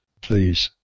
please